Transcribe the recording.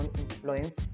influence